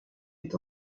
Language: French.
est